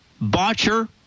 botcher